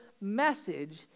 message